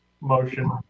Motion